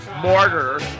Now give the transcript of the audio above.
mortar